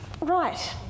Right